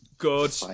Good